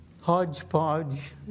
hodgepodge